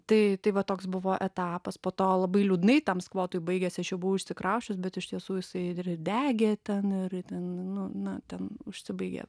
tai tai va toks buvo etapas po to labai liūdnai tam skvotui baigėsi aš jau buvau išsikrausčius bet iš tiesų jisai dar ir degė ten ir ten nu na ten užsibaigė